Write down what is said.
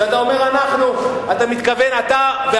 כשאתה אומר "אנחנו", אתה מתכוון אתה והנייה?